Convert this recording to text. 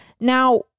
Now